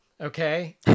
okay